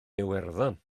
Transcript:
iwerddon